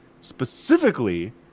specifically